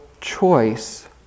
choice